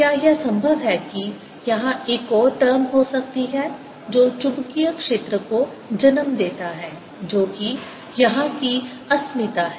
क्या यह संभव है कि यहां एक और टर्म हो सकती है जो चुंबकीय क्षेत्र को जन्म देता है जो कि यहां की अस्मिता है